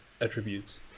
attributes